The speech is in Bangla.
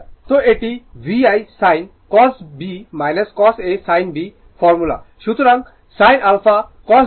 তো এটি VI sin a cos b cos a sin b formula